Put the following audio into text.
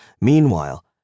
Meanwhile